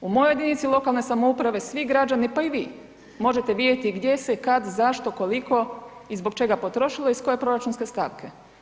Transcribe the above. U mojoj jedinici lokalne samouprave svi građani, pa i vi možete vidjeti gdje se, kada, zašto, koliko i zbog čega potrošilo i iz koje proračunske stavke.